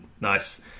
Nice